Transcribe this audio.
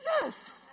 Yes